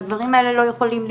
והדברים האלה לא יכולים לקרות.